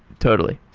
totally.